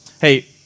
Hey